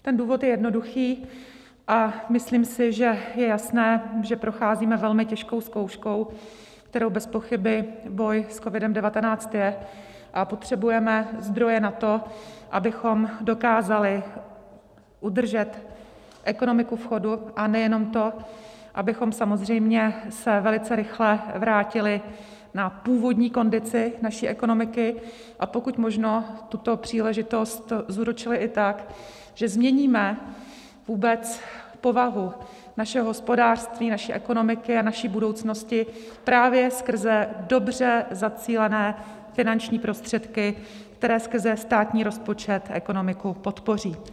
Ten důvod je jednoduchý a myslím si, že je jasné, že procházíme velmi těžkou zkouškou, kterou bezpochyby boj s COVID19 je, a potřebujeme zdroje na to, abychom dokázali udržet ekonomiku v chodu, a nejenom to, abychom samozřejmě se velice rychle vrátili na původní kondici naší ekonomiky a pokud možno tuto příležitost zúročili i tak, že změníme vůbec povahu našeho hospodářství, naší ekonomiky a naší budoucnosti právě skrze dobře zacílené finanční prostředky, které skrze státní rozpočet ekonomiku podpoří.